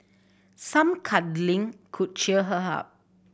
some cuddling could cheer her up